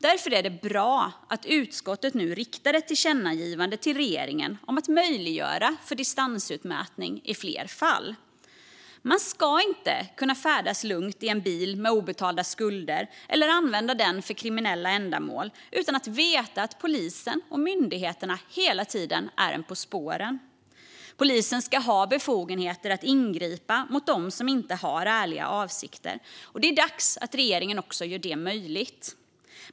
Därför är det bra att utskottet nu riktar ett tillkännagivande till regeringen om att möjliggöra för distansutmätning i fler fall. Man ska inte kunna färdas lugnt i en bil med obetalda skulder eller använda den för kriminella ändamål, utan man ska veta att polisen och myndigheterna hela tiden är en på spåren. Polisen ska ha befogenheter att ingripa mot dem som inte har ärliga avsikter, och det är dags att regeringen också gör det möjligt.